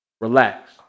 Relax